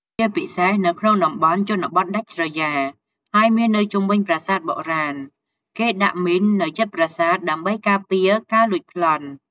ជាពិសេសនៅក្នុងតំបន់ជនបទដាច់ស្រយាល ហើយមាននៅជុំវិញប្រាសាទបុរាណ គេដាក់មីននៅជិតប្រាសាទដើម្បីការពារការលួចប្លន់។